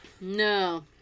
No